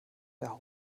der